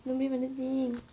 don't breathe on the thing